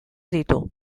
ditu